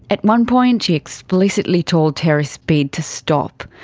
at one point she explicitly told terry speed to stop.